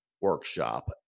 workshop